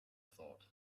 thought